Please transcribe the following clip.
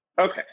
Okay